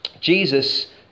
Jesus